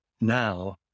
now